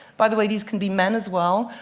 by the way, these can be men as well.